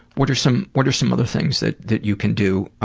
what are some what are some other things that that you can do